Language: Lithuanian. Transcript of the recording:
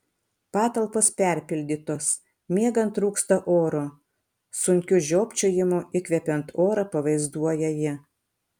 patalpos perpildytos miegant trūksta oro sunkiu žiopčiojimu įkvepiant orą pavaizduoja ji